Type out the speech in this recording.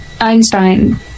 Einstein